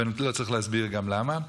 ולא צריך להסביר גם למה.